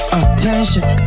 attention